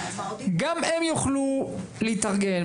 גם הם יוכלו להתארגן,